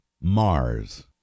Mars